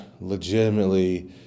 legitimately